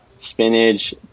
spinach